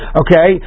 okay